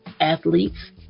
athletes